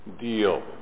deal